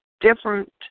different